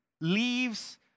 leaves